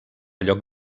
lloc